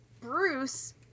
Bruce